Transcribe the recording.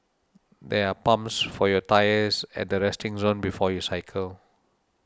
there are pumps for your tyres at the resting zone before you cycle